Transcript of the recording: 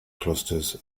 clusters